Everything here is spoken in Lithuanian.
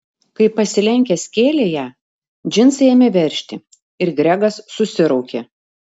kai pasilenkęs kėlė ją džinsai ėmė veržti ir gregas susiraukė